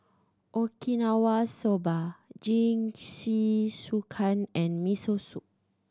Okinawa Soba Jingisukan and Miso Soup